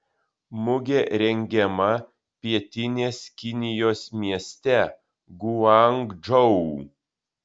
mugė rengiama pietinės kinijos mieste guangdžou